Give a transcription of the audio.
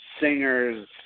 singers